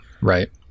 Right